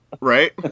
Right